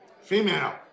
Female